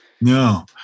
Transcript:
No